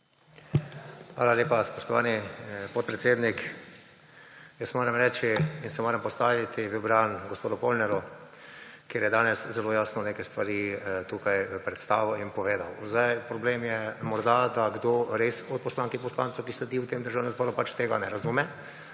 Hvala lepa, spoštovani podpredsednik. Jaz moram reči in se moram postaviti v bran gospodu Polnarju, ker je danes zelo jasno neke stvari tukaj predstavil in povedal. Problem je morda, da res kdo od poslank in poslancev, ki sedi v tem državnem zboru, pač tega ne razume